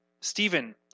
Stephen